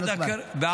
אשר על כן,